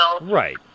Right